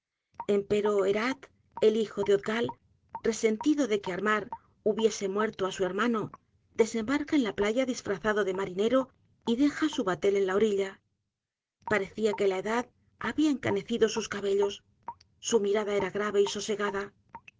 esperanzas empero eralh el hijo de odgal resentido de que armar hubiese muerto á su hermano desembarca en la playa disfrazado de marinero y deja su batel en la orilla parecía que la edad habia encanecido sus cabelíos su mirada era grave y sosegada